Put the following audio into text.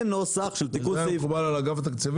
זה נוסח של תיקון סעיף --- זה היה מקובל על אגף תקציבים?